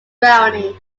brownie